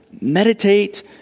meditate